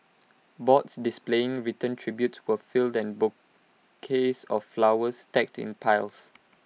boards displaying written tributes were filled and bouquets of flowers stacked in piles